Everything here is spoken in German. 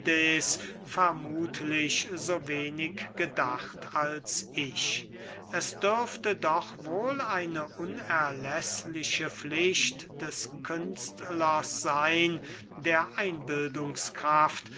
vermuthlich so wenig gedacht als ich es dürfte doch wohl eine unerläßliche pflicht des künstlers seyn der